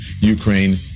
ukraine